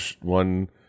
one